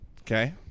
Okay